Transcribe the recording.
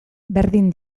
berdin